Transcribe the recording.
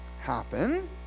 happen